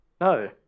No